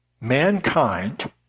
mankind